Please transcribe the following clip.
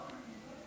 לא,